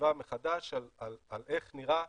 חשיבה מחדש על איך נראה,